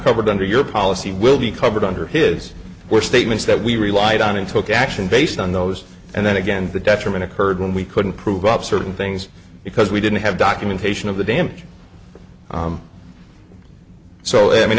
covered under your policy will be covered under his or statements that we relied on in took action based on those and then again the detriment occurred when we couldn't prove up certain things because we didn't have documentation of the damage so it m